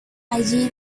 allí